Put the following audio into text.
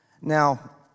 Now